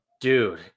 Dude